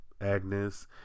Agnes